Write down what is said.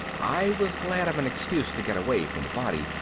i was glad of an excuse to get away from the body,